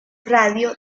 radio